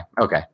Okay